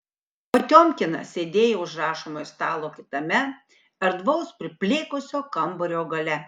potiomkinas sėdėjo už rašomojo stalo kitame erdvaus priplėkusio kambario gale